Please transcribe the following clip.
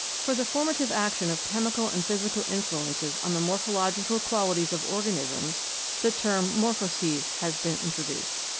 for the formative action of chemical and physical influences on the morpho logical qualities of organisms the term morphoses has been introduced.